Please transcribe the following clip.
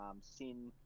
Sin